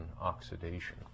oxidation